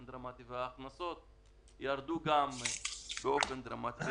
דרמטי וההכנסות גם ירדו באופן דרמטי.